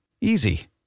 Easy